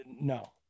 no